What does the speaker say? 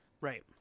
Right